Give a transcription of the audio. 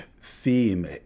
theme